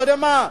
אתה יודע מה?